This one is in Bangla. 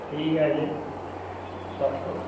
ঠিক আছে সব তো